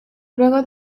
luego